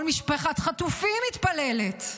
כל משפחת חטופים מתפללת,